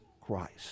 Christ